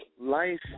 life